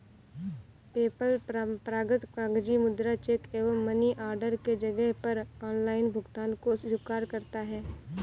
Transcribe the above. PayPal परंपरागत कागजी मुद्रा, चेक एवं मनी ऑर्डर के जगह पर ऑनलाइन भुगतान को स्वीकार करता है